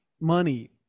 money